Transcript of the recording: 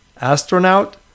astronaut